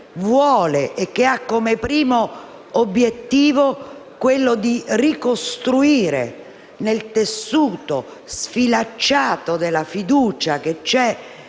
la legge che ha come primo obiettivo quello di ricostruire il tessuto sfilacciato della fiducia e